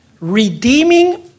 Redeeming